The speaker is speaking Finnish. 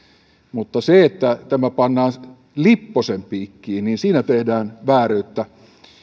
mutta siinä että tämä pannaan lipposen piikkiin tehdään vääryyttä